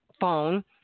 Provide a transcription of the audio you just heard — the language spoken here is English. phone